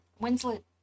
Winslet